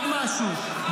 עוד משהו,